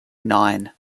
nine